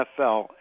NFL